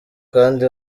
kandi